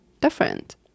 different